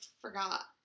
forgot